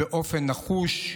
באופן נחוש,